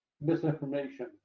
misinformation